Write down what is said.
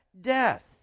death